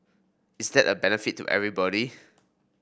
is that of benefit to everybody